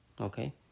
Okay